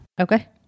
Okay